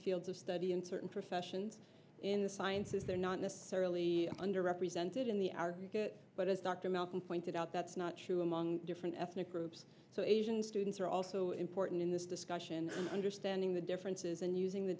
fields of study in certain professions in the sciences they're not necessarily under represented in the are but as dr malcolm pointed out that's not true among different ethnic groups so asian students are also important in this discussion understanding the differences and using the